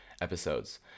episodes